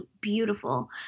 beautiful